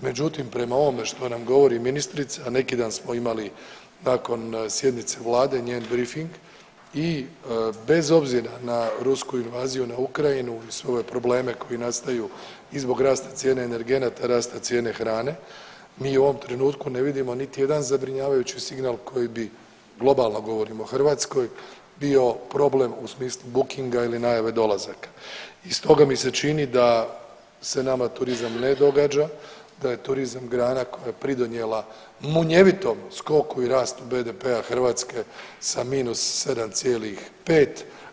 Međutim, prema ovome što nam govori ministrica, a neki dan smo imali nakon sjednice vlade njen brifing i bez obzira na rusku invaziju na Ukrajinu i sve ove probleme koji nastaju i zbog rasta cijene energenata i rasta cijene hrane mi u ovom trenutku ne vidimo niti jedan zabrinjavajući signal koji bi, globalno govorim o Hrvatskoj, bio problem u smislu bukinga ili najave dolazaka i stoga mi se čini da se nama turizam ne događa, da je turizam grana koja je pridonijela munjevitom skoku i rastu BDP-a Hrvatske sa minus 7,5